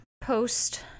post